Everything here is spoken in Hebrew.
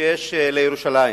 שיש לירושלים,